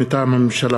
מטעם הממשלה,